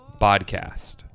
Podcast